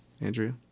Andrea